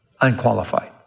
unqualified